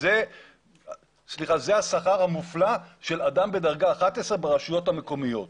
זה השכר המופלא של אדם בדרגה 11 ברשויות המקומיות.